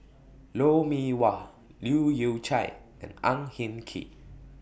Lou Mee Wah Leu Yew Chye and Ang Hin Kee